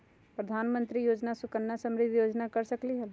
प्रधानमंत्री योजना सुकन्या समृद्धि योजना कर सकलीहल?